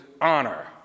honor